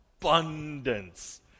abundance